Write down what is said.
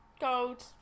Gold